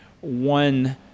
one